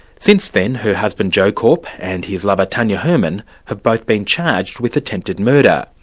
since then her husband, joe korp, and his lover, tania herman, have both been charged with attempted murder.